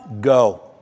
Go